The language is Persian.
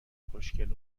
خوشگل